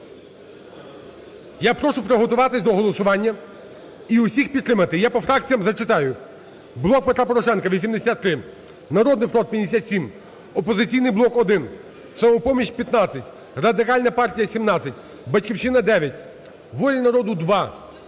Я прошу приготуватися до голосування і всіх підтримати, я по фракціям зачитаю. "Блок Петра Порошенка" – 83, "Народний фронт" – 57, "Опозиційний блок" – 1, "Самопоміч" – 15, Радикальна партія – 17, "Батьківщина" – 9, "Воля народу" –